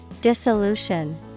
Dissolution